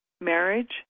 marriage